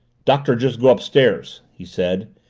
doctor just go upstairs, he said,